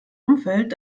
umfeld